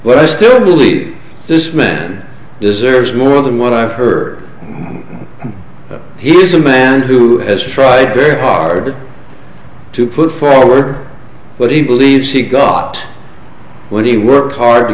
but i still believe this man deserves more than what i've heard that he is a man who has tried very hard to put forward what he believes he got when he worked hard to